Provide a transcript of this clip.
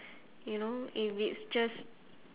you know if it's just